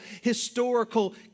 historical